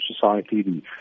Society